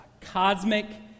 cosmic